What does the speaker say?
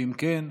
אם כן,